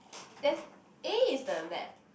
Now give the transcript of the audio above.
there's A is the lab